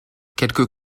quelques